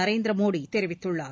நரேந்திர மோடி தெரிவித்துள்ளார்